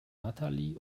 natalie